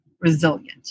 resilient